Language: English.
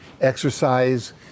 exercise